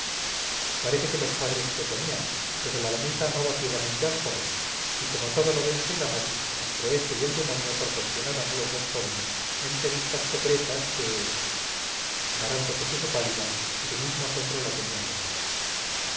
parece que los padres se oponían pero la damita amaba ciegamente al joven y como todo lo vence el amor entre éste y el demonio proporcionaron a los dos jóvenes entrevistas secretas que amaranta se puso pálida y su mismo asombro la tenía muda